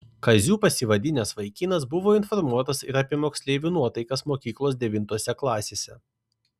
kaziu pasivadinęs vaikinas buvo informuotas ir apie moksleivių nuotaikas mokyklos devintose klasėse